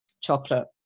chocolate